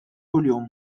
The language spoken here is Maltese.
kuljum